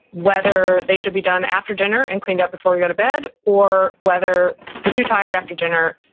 whether they should be done after dinner and cleaned up before we go to bed, or whether you're too tired after dinner,